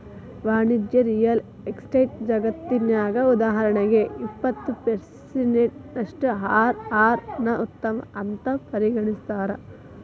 ವಾಣಿಜ್ಯ real estate ಜಗತ್ನ್ಯಗ, ಉದಾಹರಣಿಗೆ, ಇಪ್ಪತ್ತು ಪರ್ಸೆನ್ಟಿನಷ್ಟು ಅರ್.ಅರ್ ನ್ನ ಉತ್ತಮ ಅಂತ್ ಪರಿಗಣಿಸ್ತಾರ